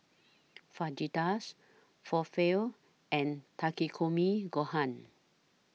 Fajitas Falafel and Takikomi Gohan